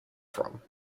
from